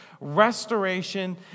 restoration